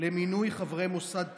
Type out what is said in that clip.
למינוי חברי מוסד תכנון,